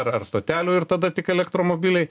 ar ar stotelių ir tada tik elektromobiliai